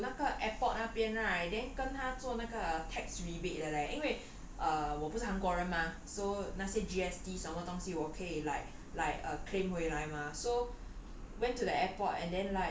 then I say no lah I went to 那个 airport 那边 right then 跟他做那个 tax rebate 的 leh 因为 uh 我不是韩国人 mah so 那些 G_S_T 什么东西我可以 like like claim 回来 mah so